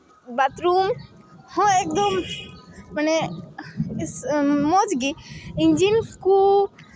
bathroom ᱦᱚᱸ ᱮᱠᱫᱚᱢ ᱢᱟᱱᱮ ᱢᱚᱡᱽ ᱜᱮ ᱤᱧᱡᱤᱱ ᱠᱚ